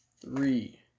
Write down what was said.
three